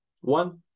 One